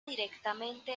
directamente